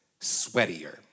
Sweatier